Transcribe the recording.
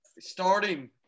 Starting